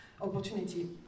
opportunity